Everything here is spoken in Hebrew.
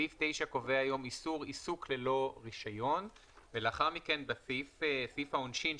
סעיף 9 קובע היום איסור עיסוק ללא רישיון ולאחר מכן בסעיף העונשין,